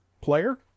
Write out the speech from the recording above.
player